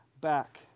back